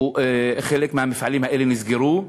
חלק מהמפעלים האלה נסגרו,